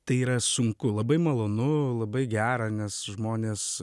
tai yra sunku labai malonu labai gera nes žmonės